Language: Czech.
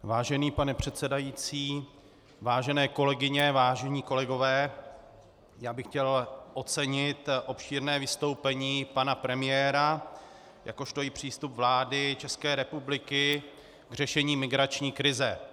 Vážený pane předsedající, vážené kolegyně, vážení kolegové, chtěl bych ocenit obšírné vystoupení pana premiéra, jakožto i přístup vlády České republiky k řešení migrační krize.